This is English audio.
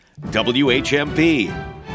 WHMP